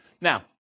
Now